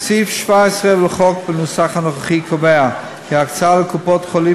סעיף 17 לחוק בנוסח הנוכחי קובע כי ההקצאה לקופות-חולים